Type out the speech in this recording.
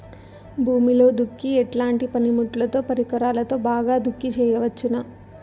భూమిలో దుక్కి ఎట్లాంటి పనిముట్లుతో, పరికరాలతో బాగా దుక్కి చేయవచ్చున?